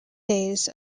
days